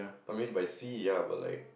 I mean by sea but like